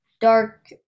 dark